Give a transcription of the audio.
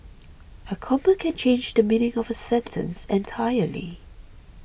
a comma can change the meaning of a sentence entirely